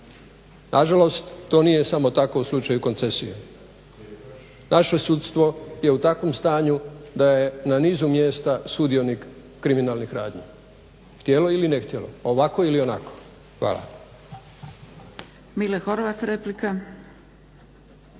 Na žalost to nije samo tako u slučaju koncesije. Naše sudstvo je u takvom stanju da je na nizu mjesta sudionik kriminalnih radnji, htjelo ili ne htjelo, ovako ili onako. Hvala.